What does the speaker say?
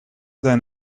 than